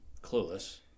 Clueless